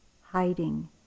hiding